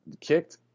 kicked